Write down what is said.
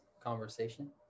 conversation